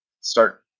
start